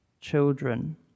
children